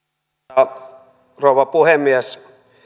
arvoisa rouva puhemies